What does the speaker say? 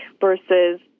versus